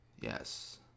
Yes